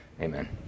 Amen